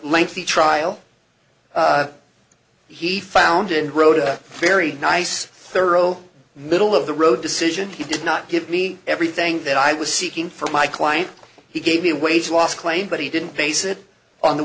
lengthy trial he founded wrote a very nice thorough middle of the road decision he did not give me everything that i was seeking for my client he gave me a way to last claim but he didn't base it on the